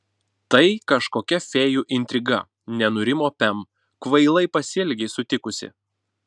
tai kažkokia fėjų intriga nenurimo pem kvailai pasielgei sutikusi